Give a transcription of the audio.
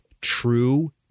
true